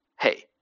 hey